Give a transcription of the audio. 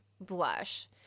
blush